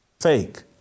Fake